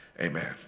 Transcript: Amen